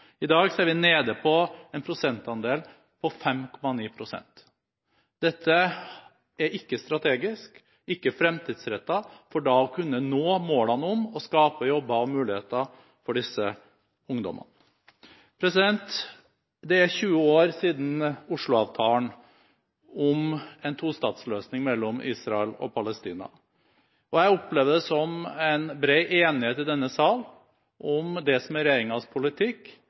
I dag er vi nede på en andel på 5,9 pst. Dette er ikke strategisk eller fremtidsrettet for å kunne nå målene om å skape jobber og muligheter for disse ungdommene. Det er 20 år siden Oslo-avtalen om en tostatsløsning mellom Israel og Palestina. Jeg opplever at det er bred enighet i denne salen om det som er regjeringens politikk: